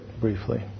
briefly